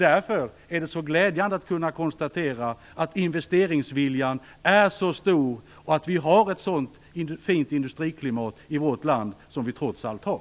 Därför är det så glädjande att kunna konstatera att investeringsviljan är så stor och att vi har ett så fint industriklimat i vårt land som vi trots allt har.